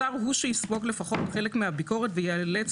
השר הוא שיספוג לפחות חלק מהביקורת וייאלץ